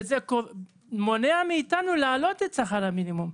שזה מונע מאתנו להעלות את שכר המינימום.